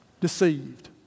deceived